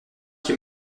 qui